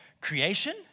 creation